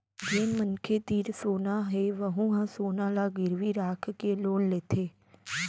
जेन मनखे तीर सोना हे वहूँ ह सोना ल गिरवी राखके लोन लेथे